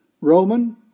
Roman